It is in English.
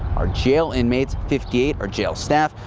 our jail inmates, fifty eight or jail staff,